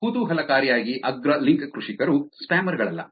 ಕುತೂಹಲಕಾರಿಯಾಗಿ ಅಗ್ರ ಲಿಂಕ್ ಕೃಷಿಕರು ಸ್ಪ್ಯಾಮರ್ ಗಳಲ್ಲ